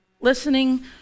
listening